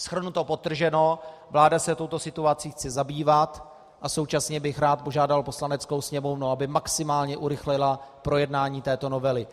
Shrnuto, podtrženo, vláda se touto situací chce zabývat, a současně bych rád požádal Poslaneckou sněmovnu, aby maximálně urychlila projednání této novely.